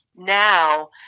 Now